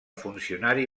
funcionari